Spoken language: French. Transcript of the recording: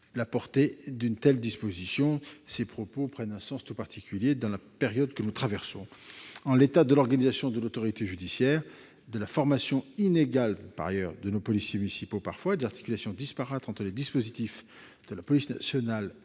la portée d'une telle disposition. Ces propos prennent un sens tout particulier dans la période que nous traversons. En l'état de l'organisation de l'autorité judiciaire, de la formation inégale des policiers municipaux et des articulations disparates entre les dispositifs de la police nationale